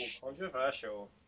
controversial